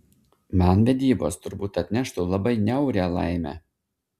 man vedybos turbūt atneštų labai niaurią laimę